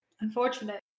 Unfortunate